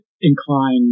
incline